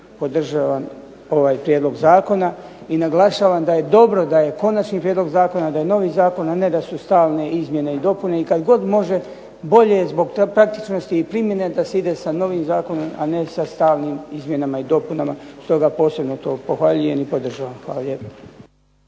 podržavam ovaj prijedlog zakona. I naglašavam da je dobro da je konačni prijedlog zakona, da je novi zakon, a ne da su stalne izmjene i dopune. I kada god može bolje je zbog praktičnosti i primjene da se ide sa novim zakonom, a ne sa stalnim izmjenama i dopuna. Stoga posebno to pohvaljujem i podržavam. Hvala lijepa.